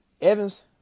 Evans